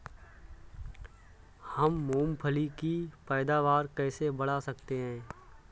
हम मूंगफली की पैदावार कैसे बढ़ा सकते हैं?